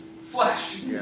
flesh